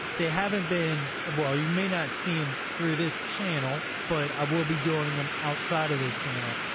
they haven't been, and well, you may not see them um through this channel, but i will will be doing them outside of this channel,